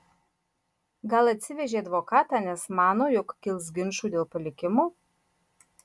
gal atsivežė advokatą nes mano jog kils ginčų dėl palikimo